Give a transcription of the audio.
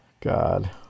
God